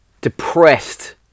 depressed